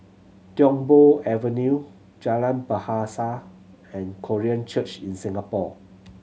Tiong Poh Avenue Jalan Bahasa and Korean Church in Singapore